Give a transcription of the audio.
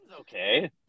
Okay